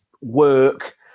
work